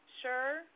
sure